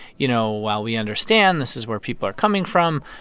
you know, while we understand this is where people are coming from,